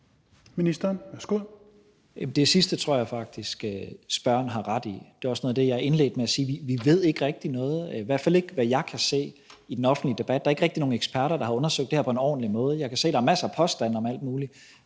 Tesfaye): Det sidste tror jeg faktisk spørgeren har ret i. Det er også noget af det, jeg indledte med at sige. Vi ved ikke rigtig noget, i hvert fald ikke hvad jeg kan se i den offentlige debat. Der er ikke rigtig nogen eksperter, der har undersøgt det her på en ordentlig måde. Jeg kan se, at der er masser af påstande om alt muligt,